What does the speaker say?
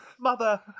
Mother